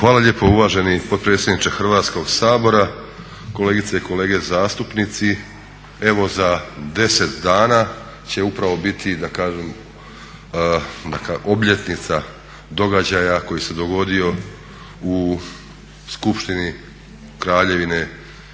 Hvala lijepo uvaženi potpredsjedniče Hrvatskog sabora. Kolegice i kolege zastupnici. Evo za 10 dana će upravo biti da kažem obljetnica događaja koji se dogodio u skupštini Kraljevine